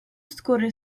scorre